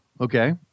okay